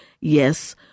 yes